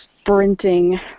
sprinting